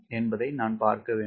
என்பதை நான் பார்க்க வேண்டும்